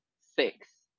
six